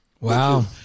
Wow